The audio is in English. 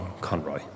Conroy